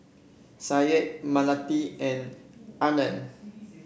Syed Melati and Aryan